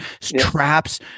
Traps